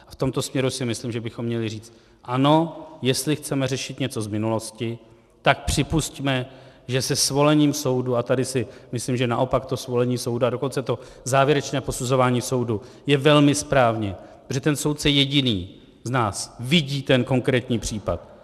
V tomto směru si myslím, že bychom měli říct ano, jestli chceme řešit něco z minulosti, tak připusťme, že se svolením soudu, a tady si myslím, že naopak to svolení soudu, a dokonce to závěrečné posuzování soudu je velmi správně, protože ten soudce jediný z nás vidí konkrétní případ.